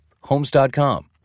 Homes.com